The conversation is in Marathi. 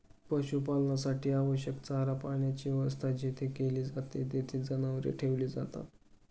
पशुपालनासाठी आवश्यक चारा पाण्याची व्यवस्था जेथे केली जाते, तेथे जनावरे ठेवली जातात